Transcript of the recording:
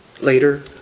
later